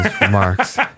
remarks